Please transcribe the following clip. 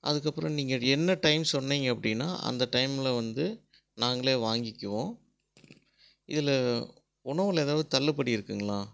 அதற்கப்பறம் நீங்கள் என்ன டைம் சொன்னிங்க அப்படின்னா அந்த டைம்மில் வந்து நாங்களே வாங்கிக்கிவோம் இதில் உணவில் எதாவது தள்ளுபடி இருக்குங்களா